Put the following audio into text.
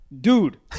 Dude